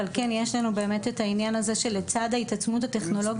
אבל כן יש לנו באמת את העניין הזה שלצד ההתעצמות הטכנולוגית,